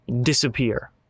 disappear